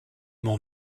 mon